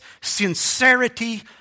sincerity